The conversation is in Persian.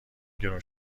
گرون